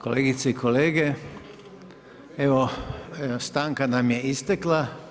Kolegice i kolege, evo stanka nam je istekla.